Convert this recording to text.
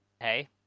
hey